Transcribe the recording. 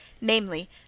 namely